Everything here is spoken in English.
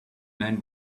man